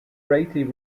greatly